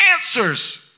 answers